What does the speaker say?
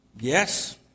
Yes